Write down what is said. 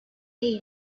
day